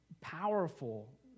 powerful